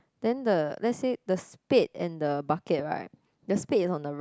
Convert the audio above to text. then the let's say the spade and the bucket right the spade is on the right